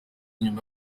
nyuma